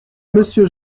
monsieur